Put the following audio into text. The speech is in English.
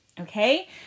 Okay